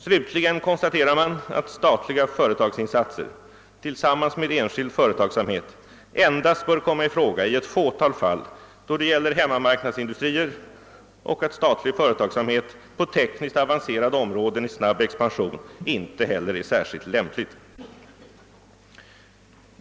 Slutligen konstaterar man att statliga företagsinsatser tillsammans med enskild företagsamhet endast bör komma i fråga i ett fåtal fall då det gäller hemmamarknadsindustrier och att statlig företagsamhet på tekniskt avancerade områden i snabb expansion inte är särskilt lämplig.